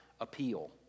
appeal